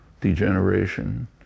degeneration